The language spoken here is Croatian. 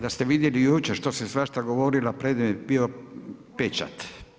Da ste vidjeli jučer što se svašta govorilo predmet je bio pečat.